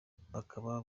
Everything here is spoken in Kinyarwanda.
bakaba